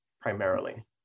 primarily